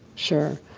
sure.